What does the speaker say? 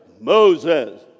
Moses